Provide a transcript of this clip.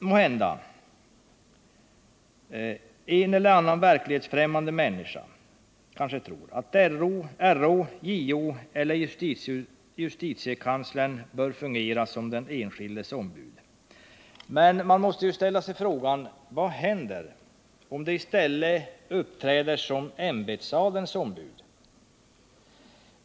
Måhända tror en eller annan verklighetsfrämmande människa att RÅ, JO eller justitiekanslern bör fungera såsom den enskildes ombud. Men vad händer om de i stället uppträder som ämbetsadelns ombud?